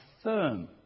affirm